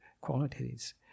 qualities